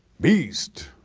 beast,